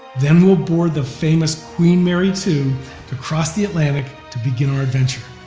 then we'll board the famous queen mary two to cross the atlantic, to begin our adventure.